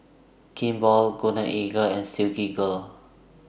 Kimball Golden Eagle and Silkygirl